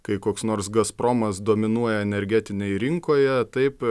kai koks nors gazpromas dominuoja energetinėj rinkoje taip